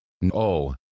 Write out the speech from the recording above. No